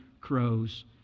crows